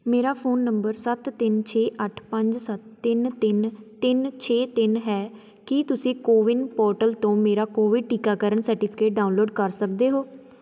ਮੇਰਾ phone number ਸੱਤ ਤਿੰਨ ਛੇ ਅੱਠ ਪੰਜ ਸੱਤ ਤਿੰਨ ਤਿੰਨ ਤਿੰਨ ਛੇ ਤਿੰਨ ਹੈ ਕੀ ਤੁਸੀਂ ਕੋਵਿਨ ਪੋਰਟਲ ਤੋਂ ਮੇਰਾ ਕੋਵਿਡ ਟੀਕਾਕਰਨ ਸਰਟੀਫਿਕੇਟ ਡਾਊਨਲੋਡ ਕਰ ਸਕਦੇ ਹੋ